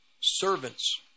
servants